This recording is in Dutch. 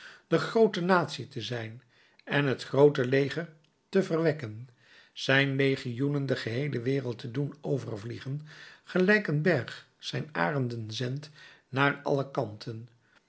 de groote natie te zijn en het groote leger te verwekken zijn legioenen de geheele wereld te doen overvliegen gelijk een berg zijn arenden zendt naar alle kanten